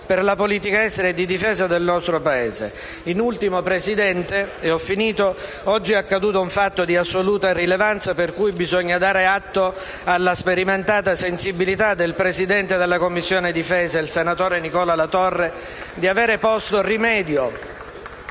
per la politica estera e di difesa del nostro Paese. In ultimo, signor Presidente, oggi è accaduto un fatto di assoluta rilevanza per cui bisogna dare atto alla sperimentata sensibilità del Presidente della Commissione difesa, il senatore Nicola Latorre *(Applausi dei